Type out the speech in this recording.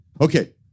Okay